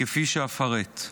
כפי שאפרט.